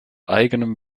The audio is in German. eigenem